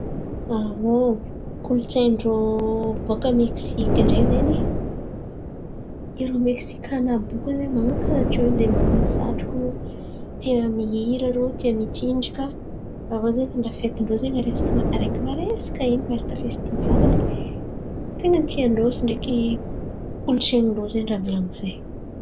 Kolontsain̈y ndrô baka Mekisiky dray zen̈y. Irô Meksikana àby io zen̈y man̈ano karà teo zen̈y, man̈ano satroko, tia mihina irô, tia mintsijaka. Avô zen̈y lafety ndrô zen̈y resaka areky maresaka in̈y miaraka fesitivaly, ten̈a ndrôsy ndreky kolontsain̈y ndrô volan̈iko zen̈y.